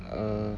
uh